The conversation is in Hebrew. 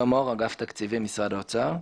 כתוב: